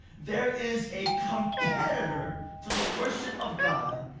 there is a competitor to the worship of god,